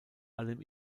allem